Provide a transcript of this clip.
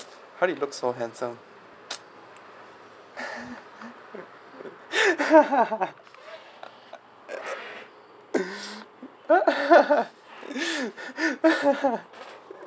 how did you look so handsome